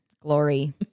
glory